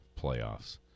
playoffs